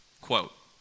Quote